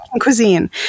cuisine